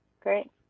Great